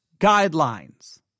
guidelines